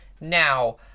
now